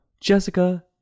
Jessica